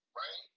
right